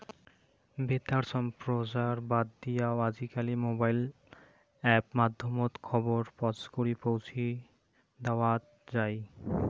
বেতার সম্প্রচার বাদ দিয়াও আজিকালি মোবাইল অ্যাপ মাধ্যমত খবর পছকরি পৌঁছি দ্যাওয়াৎ যাই